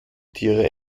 tiere